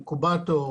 אינקובטור,